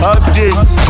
Updates